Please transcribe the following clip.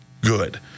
good